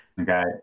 Okay